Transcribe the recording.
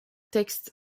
texte